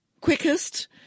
quickest